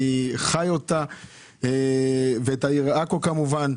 אני חי אותה ואת עכו כמובן.